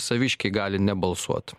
saviškiai gali nebalsuot